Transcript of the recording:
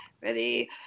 ready